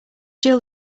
jill